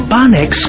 Barnex